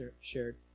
shared